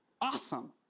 Awesome